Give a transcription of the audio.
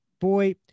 boy